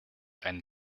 einen